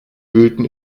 wühlten